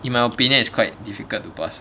in my opinion is quite difficult to pass